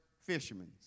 fishermen